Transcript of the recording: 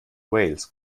wales